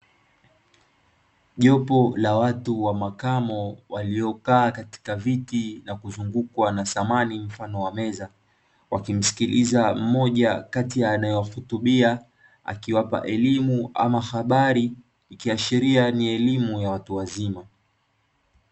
Jopo la watu wa makamo waliokaa katika viti na kuzungukwa na samani mfano wa meza, wakimsikiliza mmoja kati ya anayewahutubia akiwapa elimu ama habari ikiashiria ni elimu ya watu wazima.